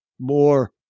more